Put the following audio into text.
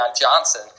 Johnson